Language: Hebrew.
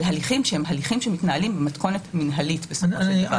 הליכים שמתנהלים במתכונת מינהלית בסופו של דבר.